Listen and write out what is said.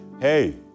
hey